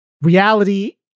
reality